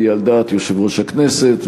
והיא על דעת יושב-ראש הכנסת.